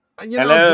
Hello